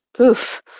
Oof